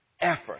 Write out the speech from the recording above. effort